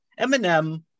Eminem